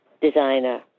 designer